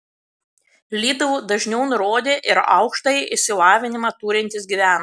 lidl dažniau nurodė ir aukštąjį išsilavinimą turintys gyventojai